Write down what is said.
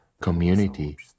community